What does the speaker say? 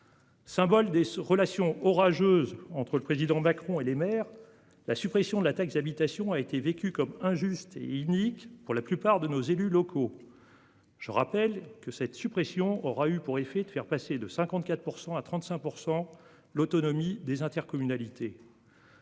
Symbole des relations orageuses entre le président Macron et les maires. La suppression de la taxe d'habitation a été vécue comme injuste et inique pour la plupart de nos élus locaux. Je rappelle que cette suppression aura eu pour effet de faire passer de 54% à 35%. L'autonomie des intercommunalités.